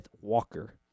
Walker